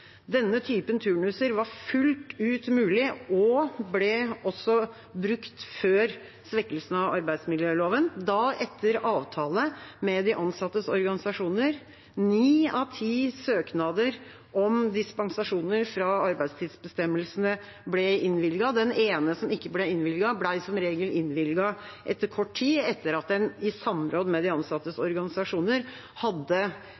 Denne typen turnuser var fullt ut mulig og ble også brukt før svekkelsen av arbeidsmiljøloven, da etter avtale med de ansattes organisasjoner. Ni av ti søknader om dispensasjoner fra arbeidstidsbestemmelsene ble innvilget. Den ene som ikke ble innvilget, ble som regel innvilget etter kort tid, etter at en i samråd med de ansattes organisasjoner hadde